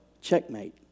Checkmate